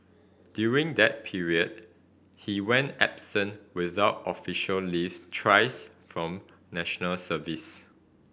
during that period he went absent without official leaves thrice from National Service